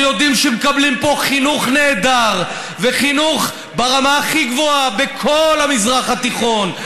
שיודעים שמקבלים פה חינוך נהדר וחינוך ברמה הכי גבוהה בכל המזרח התיכון,